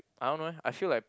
I don't know eh I feel like